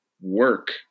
work